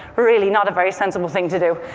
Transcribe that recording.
really not a very sensible thing to do.